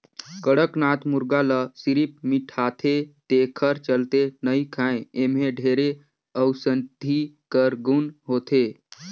कड़कनाथ मुरगा ल सिरिफ मिठाथे तेखर चलते नइ खाएं एम्हे ढेरे अउसधी कर गुन होथे